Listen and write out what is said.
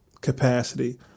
capacity